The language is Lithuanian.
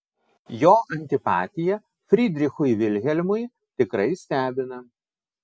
jo antipatija frydrichui vilhelmui tikrai stebina